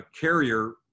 carrier